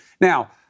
Now